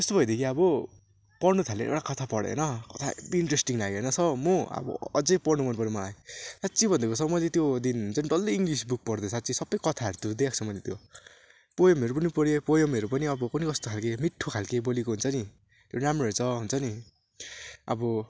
यस्तो भइदियो कि अब पढ्नु थालेँ एउटा कथा पढेँ होइन कथा हेभी इन्ट्रेसनिङ लाग्यो होइन सर म अब अझै बढ्नु मन पऱ्यो मलाई साँच्ची भनेको सर मैले त्यो दिन हुन्छ नि डल्लै इङ्लिस बुक पढिदिएँ साँच्ची सबै कथाहरू तुरिदिइरहेको छु मैले त्यो पोएमहरू पनि पढेँ पोएमहरू पनि अब कुनि कस्तो खालको मिठो खालको बोलेको हुन्छ नि राम्रो रहेछ हुन्छ नि अब